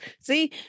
See